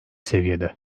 seviyede